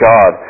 God